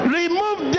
remove